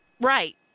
Right